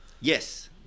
yes